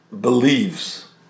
believes